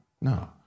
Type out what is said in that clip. no